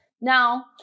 Now